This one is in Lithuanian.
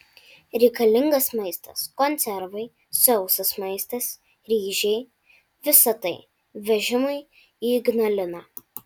reikalingas maistas konservai sausas maistas ryžiai visa tai vežimui į ignaliną